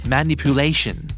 Manipulation